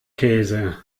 käse